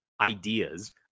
ideas